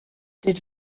did